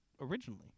originally